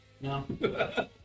No